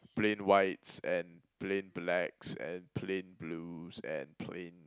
plain whites and plain blacks and plain blues and plain